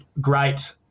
great